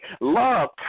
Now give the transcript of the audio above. love